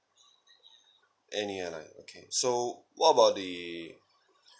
any airline okay so what about the